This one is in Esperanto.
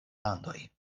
landoj